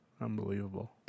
Unbelievable